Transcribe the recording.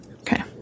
Okay